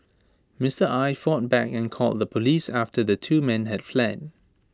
Mister Aye fought back and called the Police after the two men had fled